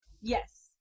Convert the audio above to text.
yes